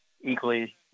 equally